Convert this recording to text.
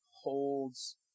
holds